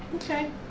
Okay